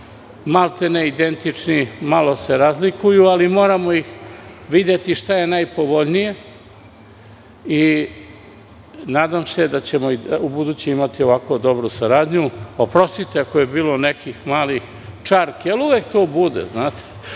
maltene identični, malo se razlikuju, ali moramo videti šta je najpovoljnije. Nadam se da ćemo i ubuduće imati ovako dobru saradnju. Oprostite ako je bilo nekih malih čarki, ali toga uvek bude.